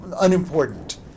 unimportant